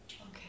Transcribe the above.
Okay